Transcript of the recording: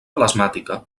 plasmàtica